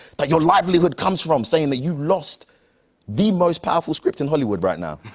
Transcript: that your livelihood comes from, saying that you lost the most powerful script in hollywood right now.